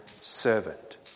servant